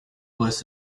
was